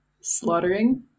slaughtering